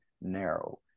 narrow